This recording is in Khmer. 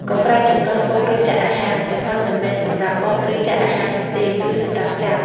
កុំប្រើចង្កឹះបុក ឬចាក់អាហារ ចង្កឹះមិនមែនសម្រាប់បុក ឬចាក់អាហារនោះទេ គឺសម្រាប់ចាប់។